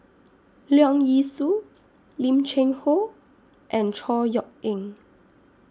Leong Yee Soo Lim Cheng Hoe and Chor Yeok Eng